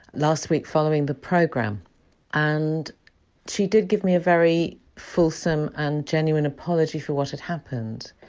last week, following the programme and she did give me a very fulsome and genuine apology for what had happened.